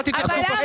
אל תתייחסו.